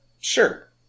Sure